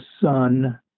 son